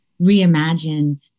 reimagine